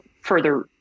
further